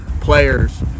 players